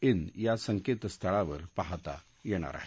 जे या संकेतस्थळावर पाहता येणार आहे